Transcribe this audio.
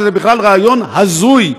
שזה בכלל רעיון הזוי,